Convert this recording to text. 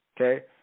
okay